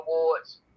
Awards